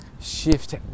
shift